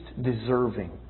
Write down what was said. deserving